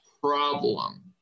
problem